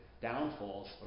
downfalls